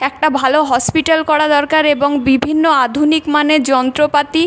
একটা ভালো হসপিটাল করা দরকার এবং বিভিন্ন আধুনিক মানের যন্ত্রপাতি